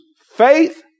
faith